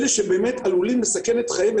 אלה שבאמת עלולים באמת לסכן את חייהם,